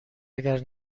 اگر